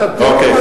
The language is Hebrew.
אתה טועה, אוקיי.